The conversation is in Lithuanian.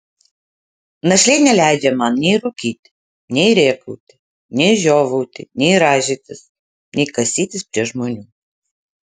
našlė neleidžia man nei rūkyti nei rėkauti nei žiovauti nei rąžytis nei kasytis prie žmonių